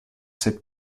cette